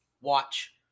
Watch